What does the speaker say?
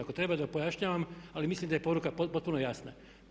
Ako treba da pojašnjavam, ali mislim da je poruka potpuno jasna.